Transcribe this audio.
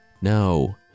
no